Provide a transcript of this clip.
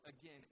again